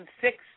six